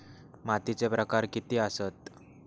मातीचे प्रकार किती आसत?